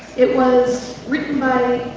it was written by